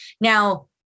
Now